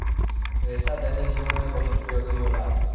रेसा दैनिक जीवन में बहुत उपयोगी होला